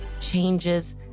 changes